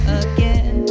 again